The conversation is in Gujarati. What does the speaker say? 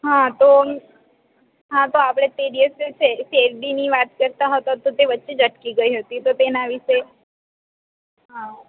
હાં તો હાં તો આપણે તે દિવસે શેરડીની વાત કરતાં હતા તો તે વચ્ચે જ અટકી ગઈ હતી તો તેના વિશે હાં